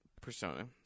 Persona